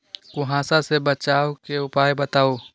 कुहासा से बचाव के उपाय बताऊ?